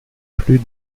plus